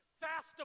fast